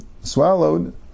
swallowed